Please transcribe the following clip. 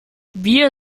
wir